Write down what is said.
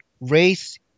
race